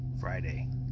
Friday